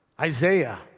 Isaiah